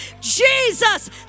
Jesus